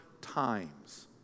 times